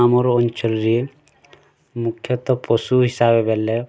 ଆମର୍ ଅଞ୍ଚଲ୍ରେ ମୁଖ୍ୟତଃ ପଶୁ ହିସାବ ବେଲେ